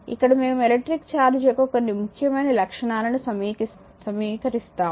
ఇక్కడ మేము electric charge యొక్క కొన్ని ముఖ్యమైన లక్షణాలను సమీక్షిస్తాము